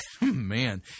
man